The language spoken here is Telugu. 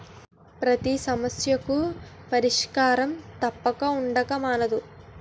పతి సమస్యకు పరిష్కారం తప్పక ఉండక మానదు